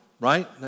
right